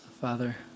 Father